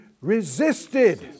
resisted